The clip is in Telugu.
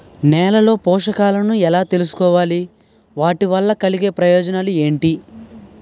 నేలలో పోషకాలను ఎలా తెలుసుకోవాలి? వాటి వల్ల కలిగే ప్రయోజనాలు ఏంటి?